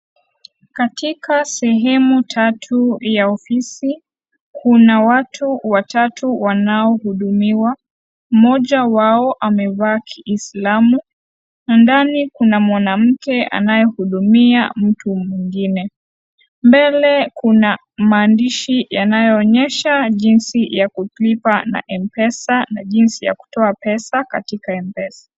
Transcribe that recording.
Katika sehemu tatu ya ofisi, kuna watu watatu wanaohudumiwa. Mmoja wao amevaa kiislamu na ndani kuna mwanamke anayehudumia mtu mwingine. Mbele kuna maandishi yanayoonyesha jinsi ya kulipa na Mpesa na jinsi ya kutoa pesa katika Mpesa.